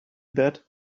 that